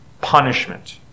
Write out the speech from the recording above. punishment